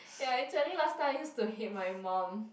ya actually last time I used to hate my mum